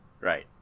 right